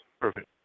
Perfect